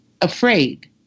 afraid